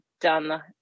done